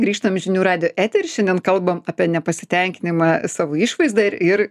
grįžtam į žinių radijo eterį šiandien kalbam apie nepasitenkinimą savo išvaizda ir ir